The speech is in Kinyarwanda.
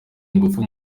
ingufu